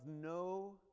no